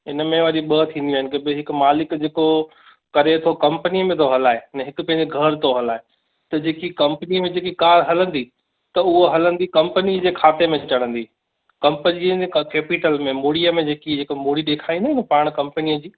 इनमें वरी ॿ थींदियूं आहिनि के बि हिकु मालिक जेको करे थो कंपनीअ में थो हलाए ने हिकु पंहिंजे घरु थो हलाए त जेकी कंपनीअ में जेकी कार हलंदी त उहो हलंदी कंपनीअ जे खाते में चढ़न्दी कंपनअ जे केपीटल में मूड़ीअ में जेकी जेका मूड़ी ॾेखारींदा आहियूं न पाण कंपनीअ जी